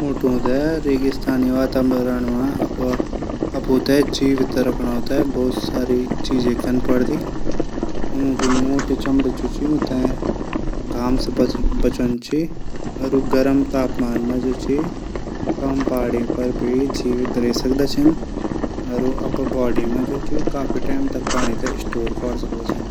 ऊंटो थै रेगिस्तानी वातावरण रैणू थै अपूथै जीवित रखणो सरी चींजे कनी पुडदी। ऊंकी मोटी चमडी ऊंथै घाम से बचौदी। च ऊ गर्म तापमान भी कम पाणी मा भी जीवित रै सकदा छन। अर ऊ अपड बॉडी मा पाणी स्टोर कौ सकदा छन।